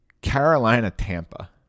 Carolina-Tampa